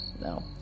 No